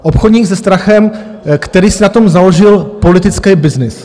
Obchodník se strachem, který si na tom založil politický byznys.